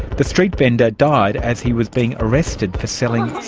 the street vendor died as he was being arrested for selling